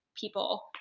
people